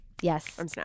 Yes